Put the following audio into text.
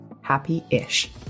happy-ish